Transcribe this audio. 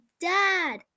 Dad